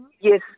Yes